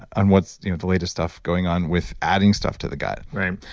on what's you know the latest stuff going on with adding stuff to the gut right.